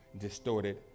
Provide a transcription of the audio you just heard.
distorted